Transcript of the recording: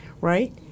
right